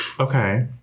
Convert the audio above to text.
Okay